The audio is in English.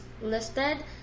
listed